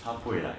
他不会 like